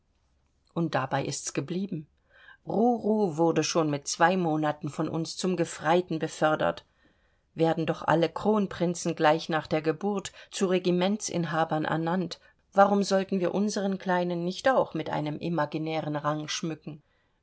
und dabei ist's geblieben ruru wurde schon mit zwei monaten von uns zum gefreiten befördert werden doch alle kronprinzen gleich nach der geburt zu regimentsinhabern ernannt warum sollten wir unsern kleinen nicht auch mit einem imaginären rang schmücken